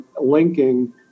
linking